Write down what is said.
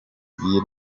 iyi